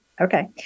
Okay